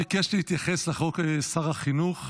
ביקש להתייחס לחוק שר החינוך.